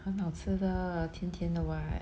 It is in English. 很好吃的甜甜的 what